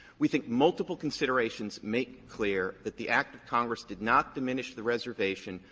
we think multiple considerations make clear that the act of congress did not diminish the reservation,